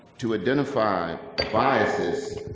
to identify biases